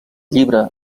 llibre